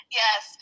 yes